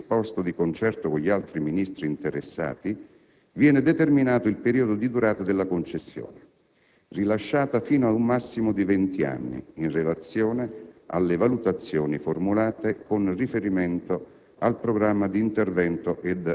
Con il decreto di affidamento predisposto di concerto con gli altri Ministri interessati, viene determinato il periodo di durata della concessione, rilasciata fino ad un massimo di venti anni, in relazione alle valutazioni formulate con riferimento